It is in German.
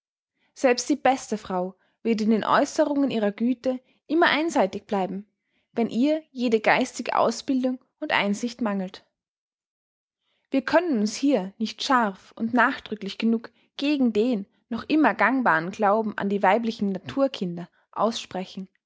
selbst die beste frau wird in den aeußerungen ihrer güte immer einseitig bleiben wenn ihr jede geistige ausbildung und einsicht mangelt wir können uns hier nicht scharf und nachdrücklich genug gegen den noch immer gangbaren glauben an die weiblichen naturkinder aussprechen